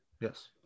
Yes